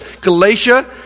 Galatia